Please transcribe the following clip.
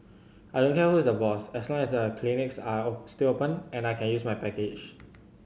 I don't care who is the boss as long as the clinics are still open and I can use my package